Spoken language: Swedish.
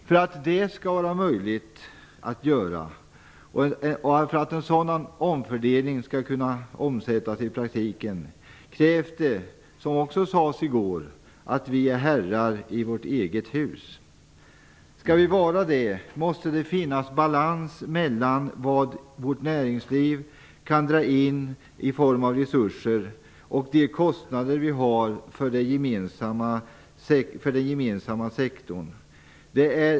För att det skall vara möjligt att göra och för att en sådan omfördelning skall kunna omsättas i praktiken krävs det, som också sades i går, att vi är herrar i vårt eget hus. Om vi skall vara det måste det finnas balans mellan vad vårt näringsliv kan dra in i form av resurser och de kostnader vi har för den gemensamma sektorn.